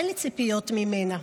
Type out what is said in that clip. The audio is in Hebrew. אין לי ציפיות ממנה.